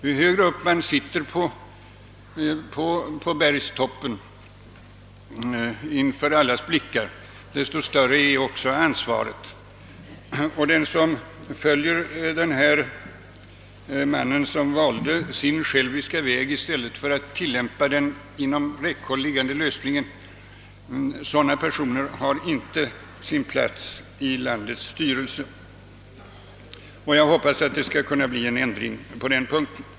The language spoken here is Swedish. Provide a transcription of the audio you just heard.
Ju högre upp man sitter på bergstoppen inför allas blickar, desto större är också ansvaret. Den som följer den man som jag talade om och som valde sin själviska väg i stället för att tillämpa den inom räckhåll liggande lösningen har inte sin plats i landets styrelse. Jag hoppas att det skall kunna bli en ändring i detta avseende.